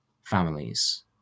families